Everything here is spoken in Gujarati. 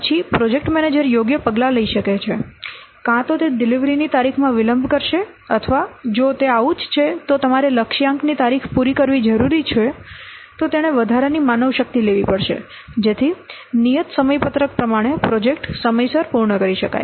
પછી પ્રોજેક્ટ મેનેજર યોગ્ય પગલાં લઈ શકે છે કાં તો તે ડિલિવરીની તારીખમાં વિલંબ કરશે અથવા જો તે આવું જ છે તો તમારે લક્ષ્યાંકની તારીખ પૂરી કરવી જરૂરી છે તો તેણે વધારાની માનવશક્તિ લેવી પડશે જેથી નિયત સમયપત્રક પ્રમાણે પ્રોજેક્ટ સમયસર પૂર્ણ કરી શકાય